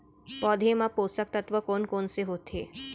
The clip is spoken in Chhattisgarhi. पौधे मा पोसक तत्व कोन कोन से होथे?